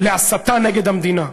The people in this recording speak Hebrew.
להסתה נגד המדינה.